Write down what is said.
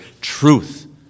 Truth